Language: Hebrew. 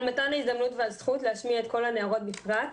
על מתן ההזדמנות והזכות להשמיע את קול הנערות בפרט,